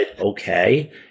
okay